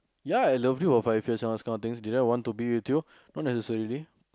ya I loved you those kind of things did I want to be with you not necessarily